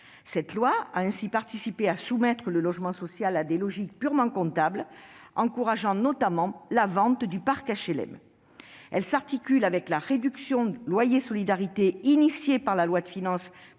Cette loi a ainsi participé à soumettre le logement social à des logiques purement comptables, encourageant notamment la vente du parc HLM. Elle s'articule avec la réduction de loyer de solidarité engagée dans la loi de finances